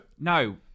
No